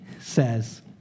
says